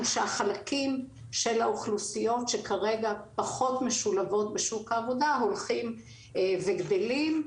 שהחלקים של האוכלוסיות שכרגע פחות משולבות בשוק העבודה הולכים וגדלים,